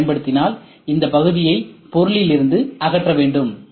சியை பயன்படுத்தினால் இந்த பகுதியை பொருளில் இருந்து அகற்றவேண்டும்